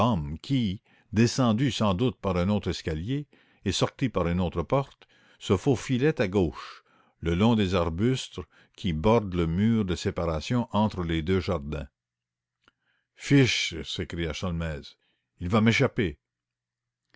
qui descendu sans doute par un autre escalier et sorti par une autre porte se faufilait à gauche le long des arbustes qui bordent le mur de séparation entre les deux jardins fichtre s'écria sholmès il va m'échapper